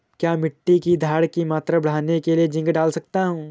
क्या मिट्टी की धरण की मात्रा बढ़ाने के लिए जिंक डाल सकता हूँ?